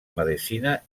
medicina